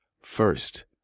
First